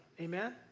amen